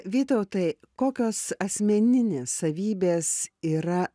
vytautai kokios asmeninės savybės yra